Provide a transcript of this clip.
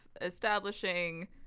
establishing